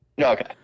Okay